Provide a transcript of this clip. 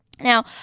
Now